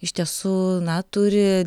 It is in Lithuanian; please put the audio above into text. iš tiesų na turi